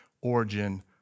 origin